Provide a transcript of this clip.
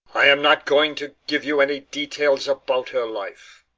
i am not going to give you any details about her life.